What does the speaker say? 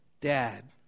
Dad